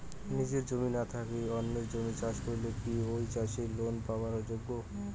নিজের জমি না থাকি অন্যের জমিত চাষ করিলে কি ঐ চাষী লোন পাবার যোগ্য?